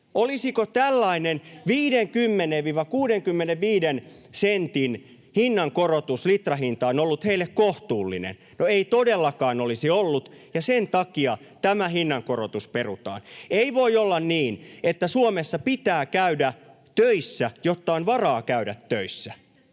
olisiko tällainen 50—65:n sentin hinnankorotus litrahintaan ollut heille kohtuullinen? No, ei todellakaan olisi ollut, ja sen takia tämä hinnankorotus perutaan. Ei voi olla niin, että Suomessa pitää käydä töissä, jotta on varaa käydä töissä.